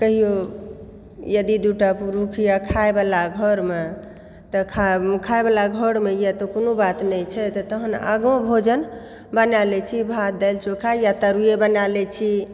कहियो यदि दूटा पुरुख यऽ खायवला घरमे तऽ खायवाला घरमे यऽ तऽ कोनो बात नहि छै तहन आगाँ भोजन बना लय छियै भात दालि चोखा वा तरुए बना लेइ छी